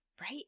right